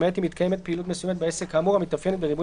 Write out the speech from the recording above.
למעט אם מתקיימת פעילות מסוימת בעסק כאמור המתאפיינת בריבוי